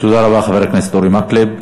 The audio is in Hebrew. תודה רבה, חבר הכנסת אורי מקלב.